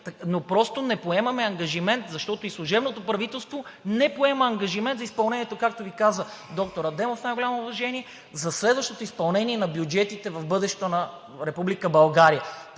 но просто не поемаме ангажимент, защото и служебното правителство не поема ангажимент за изпълнението, както Ви каза доктор Адемов, с най-голямо уважение, за следващото изпълнение на бюджетите в бъдещето на